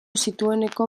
zitueneko